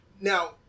Now